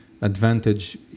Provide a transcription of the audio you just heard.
advantage